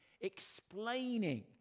explaining